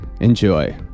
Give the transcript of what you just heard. Enjoy